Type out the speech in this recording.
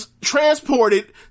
transported